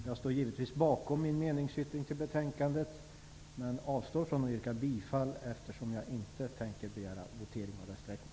Jag står givetvis kvar bakom min meningsyttring vid betänkandet men avstår från att yrka bifall till den, eftersom jag inte tänker begära votering och rösträkning.